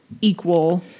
equal